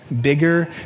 bigger